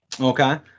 Okay